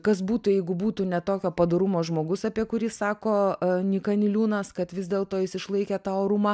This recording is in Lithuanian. kas būtų jeigu būtų ne tokio padorumo žmogus apie kurį sako nyka niliūnas kad vis dėlto jis išlaikė tą orumą